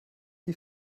die